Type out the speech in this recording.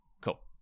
Cool